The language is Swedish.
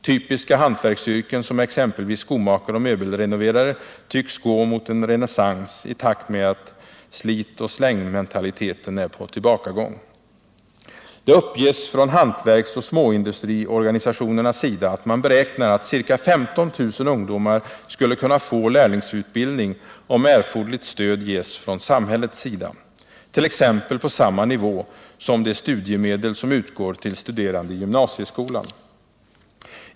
Typiska hantverksyrken, som exempelvis skomakare och möbelrenoverare, tycks gå mot en renässans i takt med att slit-och-släng-mentaliteten är på tillbakagång. Det uppges från hantverksoch småindustriorganisationernas sida att man beräknar att ca 15 000 ungdomar skulle kunna få lärlingsutbildning, om erforderligt stöd ges från samhällets sida, t.ex. på samma nivå som de studiemedel som utgår till studerande i gymnasieskolan.